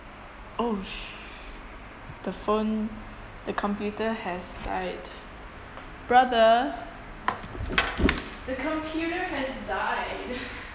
oh sh~ the phone the computer has died brother the computer has died